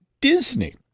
Disney